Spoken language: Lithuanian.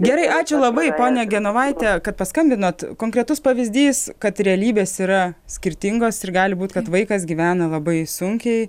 gerai ačiū labai ponia genovaite kad paskambinot konkretus pavyzdys kad realybės yra skirtingos ir gali būt kad vaikas gyvena labai sunkiai